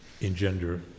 engender